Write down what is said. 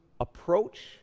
approach